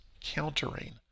countering